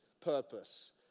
purpose